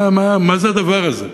מה זה הדבר הזה?